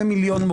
למיליון,